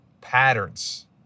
patterns